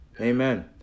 Amen